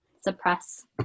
suppress